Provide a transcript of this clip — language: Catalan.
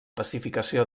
pacificació